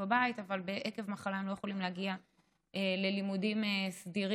בבית אבל עקב מחלה הם לא יכולים להגיע ללימודים סדירים.